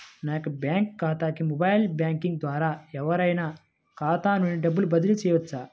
నా యొక్క బ్యాంక్ ఖాతాకి మొబైల్ బ్యాంకింగ్ ద్వారా ఎవరైనా ఖాతా నుండి డబ్బు బదిలీ చేయవచ్చా?